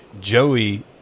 Joey